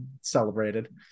celebrated